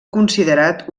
considerat